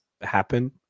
happen